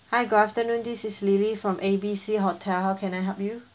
hi good afternoon this is lily from A B C hotel how can I help you